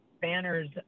banners